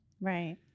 Right